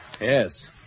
Yes